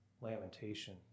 lamentation